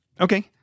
Okay